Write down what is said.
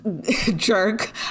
jerk